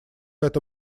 это